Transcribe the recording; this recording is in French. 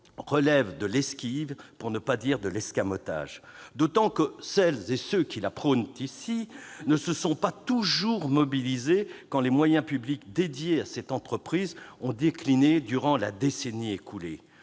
relève de l'esquive, pour ne pas dire de l'escamotage. D'autant que celles et ceux qui le prônent ici ne se sont pas toujours mobilisés quand les moyens publics alloués à cette entreprise ont décliné durant la décennie écoulée.